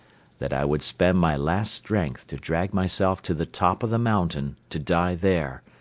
that i would spend my last strength to drag myself to the top of the mountain to die there,